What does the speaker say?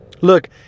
Look